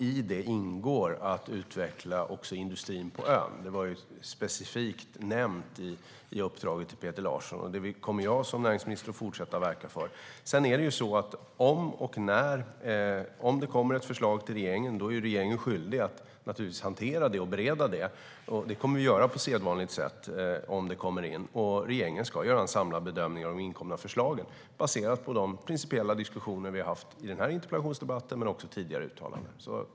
I det ingår att utveckla också industrin på ön. Det var specifikt nämnt i uppdraget till Peter Larsson, och det kommer jag som näringsminister att fortsätta verka för. Om det kommer ett förslag till regeringen är regeringen skyldig att hantera och bereda det, och det kommer vi att göra på sedvanligt sätt. Regeringen ska göra en samlad bedömning av de inkomna förslagen baserad på de principiella diskussioner som vi har haft i den här interpellationsdebatten och tidigare.